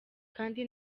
kandi